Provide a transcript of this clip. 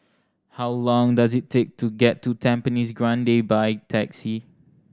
how long does it take to get to Tampines Grande by taxi